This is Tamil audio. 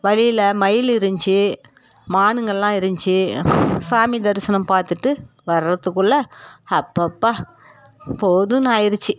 வழியில் மயில் இருந்துச்சு மானுங்களெலாம் இருந்துச்சு சாமி தரிசனம் பார்த்துட்டு வரத்துக்குள்ளெ ஹப்பப்பா போதுன்னாயிடுச்சு